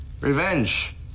Revenge